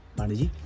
naani.